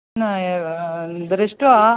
न एव दृष्ट्वा